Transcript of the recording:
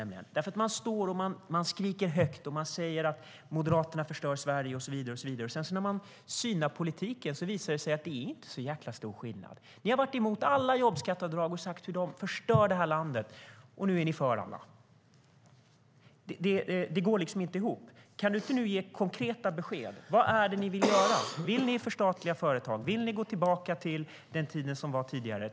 Ni skriker högt om att Moderaterna förstör Sverige och så vidare. När man sedan synar politiken visar det sig att det inte är så jäkla stor skillnad. Ni har varit emot alla jobbskatteavdrag och sagt att de förstör det här landet, och nu är ni för alla. Det går inte ihop. Kan du inte ge konkreta besked nu? Vad är det ni vill göra? Vill ni förstatliga företag? Vill ni gå tillbaka till hur det var tidigare?